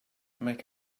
make